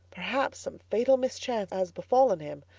perhaps some fatal mischance has befallen him.